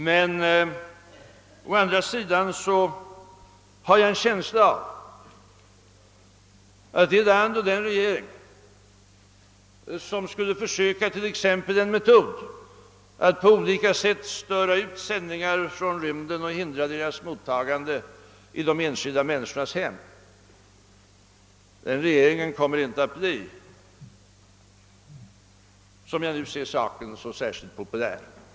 Men å andra sidan har jag en känsla av att den regering, som skulle försöka t.ex. en metod att på olika sätt störa utsändningar från rymden och hindra deras mottagande i de enskilda människornas hem, inte kommer att bli så särskilt populär.